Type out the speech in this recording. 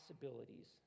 possibilities